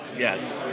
Yes